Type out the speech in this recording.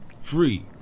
Free